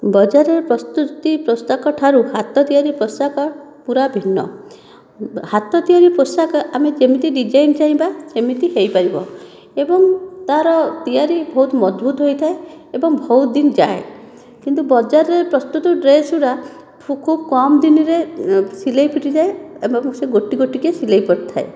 ବଜାରରେ ପ୍ରସ୍ତୁତି ପୋଷାକଠାରୁ ହାତ ତିଆରି ପୋଷାକ ପୁରା ଭିନ୍ନ ହାତ ତିଆରି ପୋଷାକ ଆମେ ଯେମିତି ଡିଜାଇନ୍ ଚାହିଁବା ସେମିତି ହୋଇପାରିବ ଏବଂ ତାର ତିଆରି ବହୁତ ମଜବୁତ ହୋଇଥାଏ ଏବଂ ବହୁତ ଦିନ ଯାଏ କିନ୍ତୁ ବଜାରରେ ପ୍ରସ୍ତୁତ ଡ୍ରେସ୍ ଗୁଡ଼ାକ ଖୁବ କମ ଦିନରେ ସିଲେଇ ଫିଟିଯାଏ ଏବଂ ସେ ଗୋଟି ଗୋଟିକି ସିଲେଇ ପଡ଼ିଥାଏ